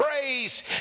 praise